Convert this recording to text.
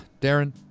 Darren